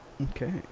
Okay